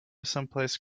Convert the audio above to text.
someplace